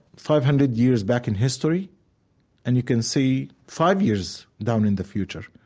five hundred years back in history and you can see five years down in the future,